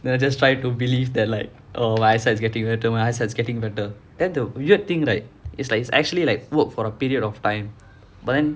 then I just try to believe that like oh my eyesight is getting better my eyesight is getting better then the weird thing right it's like it's actually like work for a period of time but then